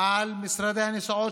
משרדי הנסיעות,